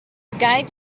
guide